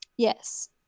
yes